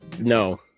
No